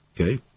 okay